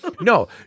No